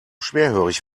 schwerhörig